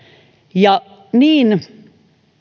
ja niin